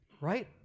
Right